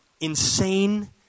insane